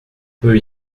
peu